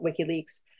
WikiLeaks